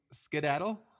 skedaddle